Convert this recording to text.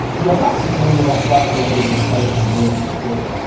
you have to do the mathematical hocus-pocus really to see it.